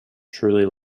truly